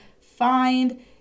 find